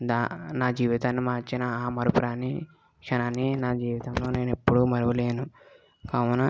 నా జీవితాన్ని మార్చిన ఆ మరపురాని క్షణాన్ని నా జీవితంలో నేను ఎప్పుడూ మరువలేను కావున